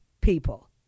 people